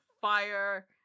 fire